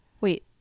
wait